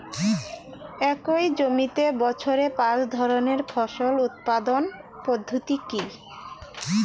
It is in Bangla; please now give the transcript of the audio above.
একই জমিতে বছরে পাঁচ ধরনের ফসল উৎপাদন পদ্ধতি কী?